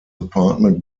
apartment